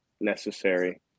necessary